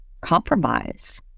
compromise